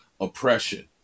oppression